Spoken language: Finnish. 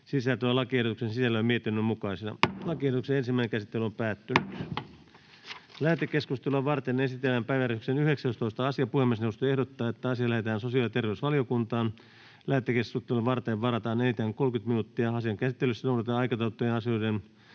Kyllä siinä on silloin ollut isänmaan asialla, ja sankarivainajan arvo on ansaittu. Lähetekeskustelua varten esitellään päiväjärjestyksen 20. asia. Puhemiesneuvosto ehdottaa, että asia lähetetään sosiaali- ja terveysvaliokuntaan. Lähetekeskustelua varten varataan enintään 30 minuuttia. Asian käsittelyssä noudatetaan aikataulutettujen asioiden